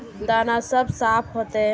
दाना सब साफ होते?